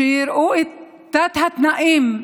שיראו את תת-התנאים לחיים,